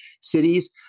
cities